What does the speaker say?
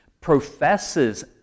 professes